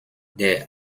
der